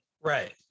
Right